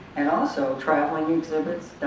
and also, traveling exhibits,